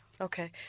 Okay